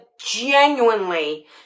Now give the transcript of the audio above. genuinely